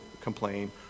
complain